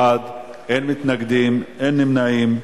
בעד, 41, אין מתנגדים, אין נמנעים.